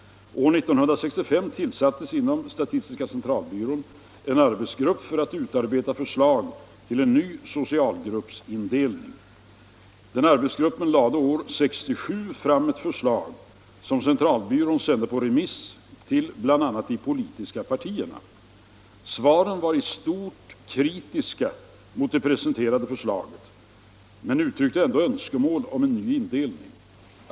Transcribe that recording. År 1965 tillsattes inom statistiska centralbyrån en arbetsgrupp för att utarbeta förslag till en ny socialgruppsindelning. Arbetsgruppen lade år 1967 fram ett förslag som centralbyrån sände på remiss till bl.a. de politiska partierna. Svaren var i stort kritiska mot det presenterade förslaget men uttryckte ändå önskemål om en ny indelning.